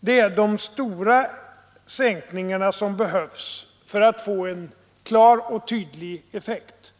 Det är de stora sänkningarna — till 25 eller 20 — som behövs för att få en klar och tydlig effekt.